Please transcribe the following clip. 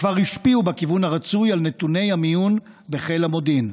כבר השפיע בכיוון הרצוי על נתוני המיון בחיל המודיעין.